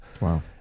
Wow